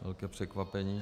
Velké překvapení.